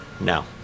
No